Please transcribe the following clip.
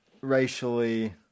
racially